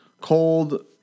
Cold